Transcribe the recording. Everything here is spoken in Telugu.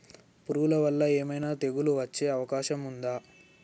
పురుగుల వల్ల ఏమైనా తెగులు వచ్చే అవకాశం ఉందా?